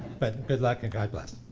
but good luck and god bless.